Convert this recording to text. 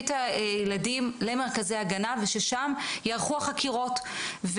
את הילדים למרכזי הגנה וששם ייערכו החקירות.